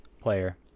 player